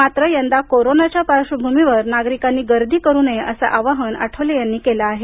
मात्र यंदा कोरोनाच्या पार्श्वभूमीवर नागरिकांनी इथं गर्दी करू नयेअसं आवाहन आठवले यांनी केलं आहे